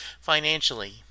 financially